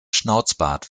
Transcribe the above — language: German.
schnauzbart